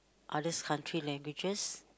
others country languages